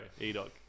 E-Dog